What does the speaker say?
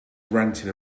ranting